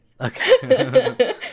Okay